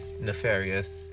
Nefarious